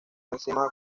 encima